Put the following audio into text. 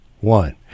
one